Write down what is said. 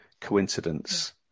coincidence